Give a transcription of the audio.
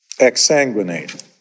exsanguinate